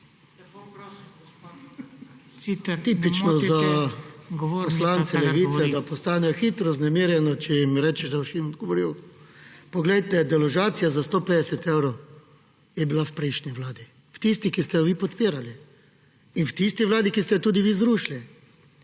tipično za poslance Levice, da postanejo hitro vznemirjeni, če jim rečeš, da jim boš odgovoril. Poglejte, deložacija za 150 evrov je bila v prejšnji vladi, v tisti, ki ste jo vi podpirali, in v tisti vladi, ki ste jo tudi vi zrušili.